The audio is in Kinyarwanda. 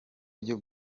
byo